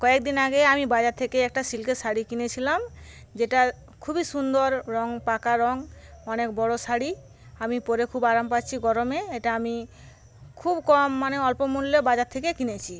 কয়েকদিন আগে আমি বাজার থেকে একটা সিল্কের শাড়ি কিনেছিলাম যেটা খুবই সুন্দর রঙ পাকা রঙ অনেক বড়ো শাড়ি আমি পরে খুব আরাম পাচ্ছি গরমে এটা আমি খুব কম মানে অল্প মূল্যে বাজার থেকে কিনেছি